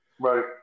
right